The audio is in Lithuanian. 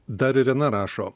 dar irena rašo